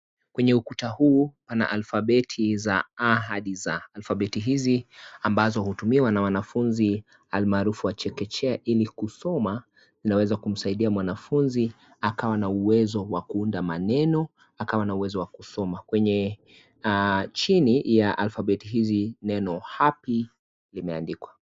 Kwenye ukuta huu pana alfabeti ya A hadi Z, alfabeti hizi ambayo hutumiwa na wanafunzi almaarufu wa chekechea ili kusoma, inaweza kumsaidia mwanafunzi akawa na uwezo wa kuunda maneno, akawa na uwezo wa kusoma kwenye chini ya alfabeti hizi neno happy imeandikwa.